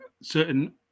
certain